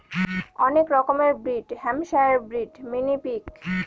অনেক রকমের breed Hampshire breed, mini pig